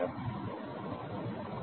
சரி